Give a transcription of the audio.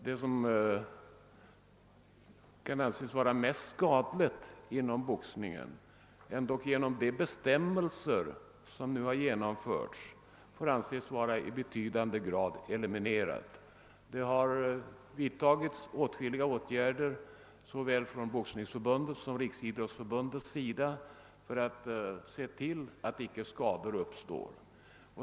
Det som kan anses mest skadligt inom boxningen får dessutom genom de bestämmelser som nu har införts anses vara i betydande grad eliminerat. Åtskilliga åtgärder har vidtagits från såväl Boxningsförbundets som Riksidrottsförbundets sida för att se till att skador inte uppstår.